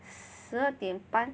十二点半